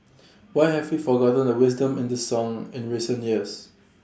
why have we forgotten the wisdom in this song in recent years